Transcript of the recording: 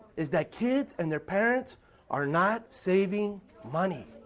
it's that kids and their parents are not saving money.